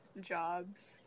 jobs